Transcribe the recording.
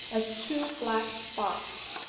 as two black spots,